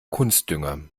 kunstdünger